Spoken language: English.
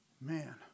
Man